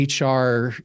HR